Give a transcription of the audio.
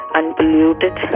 unpolluted